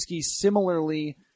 similarly